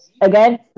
Again